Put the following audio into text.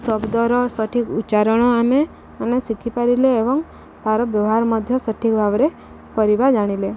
ଶବ୍ଦର ସଠିକ୍ ଉଚ୍ଚାରଣ ଆମେମାନେ ଶିଖିପାରିଲେ ଏବଂ ତା'ର ବ୍ୟବହାର ମଧ୍ୟ ସଠିକ୍ ଭାବରେ କରିବା ଜାଣିଲେ